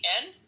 end